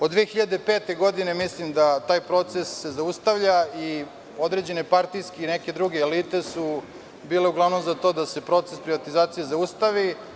Od 2005. godine mislim da se taj proces zaustavlja i određene partijske i neke druge elite su bile uglavnom za to da se proces privatizacije zaustavi.